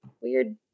weird